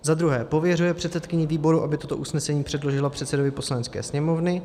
II. pověřuje předsedkyni výboru, aby toto usnesení předložila předsedovi Poslanecké sněmovny;